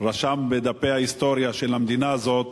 רשם בדפי ההיסטוריה של המדינה הזאת